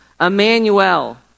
Emmanuel